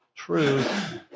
truth